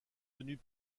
tenus